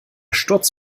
sturz